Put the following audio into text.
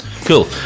Cool